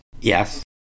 Yes